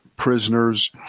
Prisoners